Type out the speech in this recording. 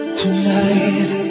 tonight